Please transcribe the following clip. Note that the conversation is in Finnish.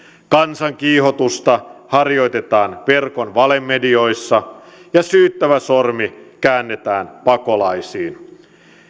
kansankiihotusta harjoitetaan verkon valemedioissa ja syyttävä sormi käännetään pakolaisiin